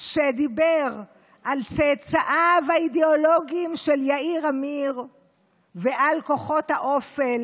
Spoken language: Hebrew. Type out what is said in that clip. שדיבר על צאצאיו האידיאולוגיים של יגאל עמיר ועל כוחות האופל,